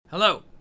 Hello